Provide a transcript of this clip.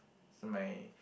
my